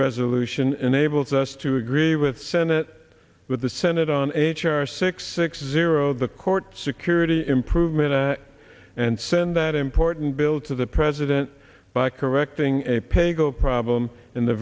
resolution enables us to agree with senate with the senate on h r six six zero the court security improvement and send that important bill to the president by correcting a paygo problem in the